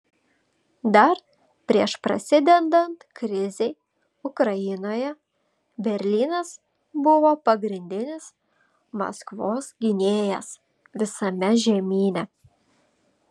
dar prieš prasidedant krizei ukrainoje berlynas buvo pagrindinis maskvos gynėjas visame žemyne